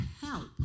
help